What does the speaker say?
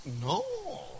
No